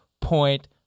Point